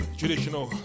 traditional